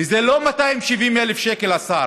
וזה לא 270,000 שקל, השר.